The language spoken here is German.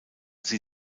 sie